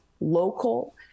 local